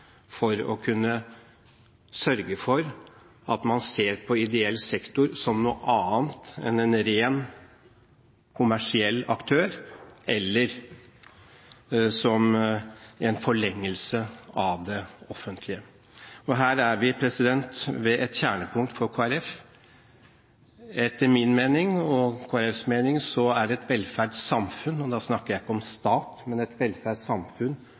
for å kunne sørge for at man ser på ideell sektor som noe annet enn en ren kommersiell aktør eller som en forlengelse av det offentlige. Og her er vi ved et kjernepunkt for Kristelig Folkeparti. Etter min mening, og etter Kristelig Folkepartis mening, er et velferdssamfunn – og da snakker jeg ikke om stat